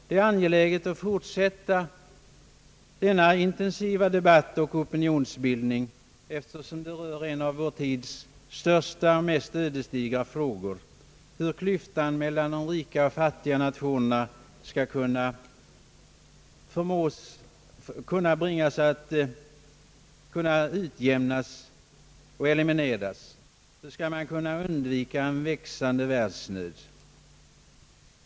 Det är ange läget att fortsätta denna intensiva debatt och opinionsbildning, eftersom det rör en av vår tids största och mest ödesdigra frågor, nämligen hur klyftan mellan de rika och fattiga nationerna skall kunna utjämnas. Hur skall man kunna undvika en växande världsnöd?